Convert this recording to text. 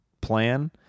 plan